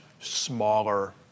smaller